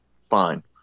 fine